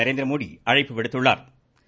நரேந்திரமோடி அழைப்பு விடுத்துள்ளா்